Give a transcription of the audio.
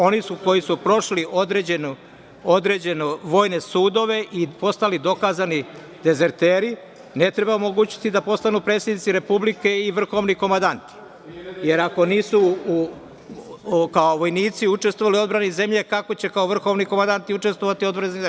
Oni koji su prošli određene vojne sudove i postali dokazani dezerteri, ne treba omogućiti da postanu predsednici republike i vrhovni komandanti, jer ako nisu kao vojnici učestvovali u odbrani zemlje, kako će kao vrhovni komandanti učestvovati u odbrani zemlje?